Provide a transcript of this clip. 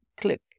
click